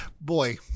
boy